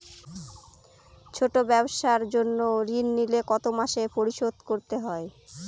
ছোট ব্যবসার জন্য ঋণ নিলে কত মাসে পরিশোধ করতে হয়?